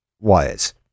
wires